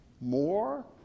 more